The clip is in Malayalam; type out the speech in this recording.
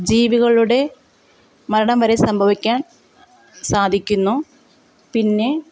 ജീവികളുടെ മരണം വരെ സംഭവിക്കാൻ സാധിക്കുന്നു പിന്നെ